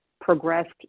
progressed